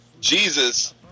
Jesus